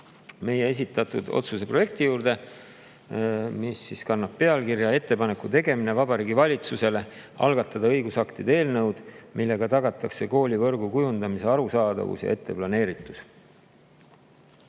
meie esitatud otsuse projekti juurde, mis kannab pealkirja "Ettepaneku tegemine Vabariigi Valitsusele algatada õigusaktide eelnõud, millega tagatakse koolivõrgu kujundamise arusaadavus ja etteplaneeritus".